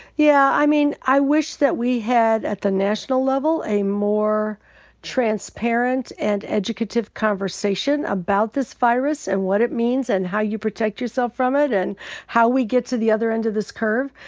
yeah, i mean, i wish that we had at the national level a more transparent and educative conversation about this virus and what it means and how you protect yourself from it and how we get to the other end of this curve.